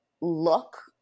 look